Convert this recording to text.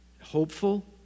hopeful